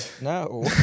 No